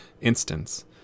instance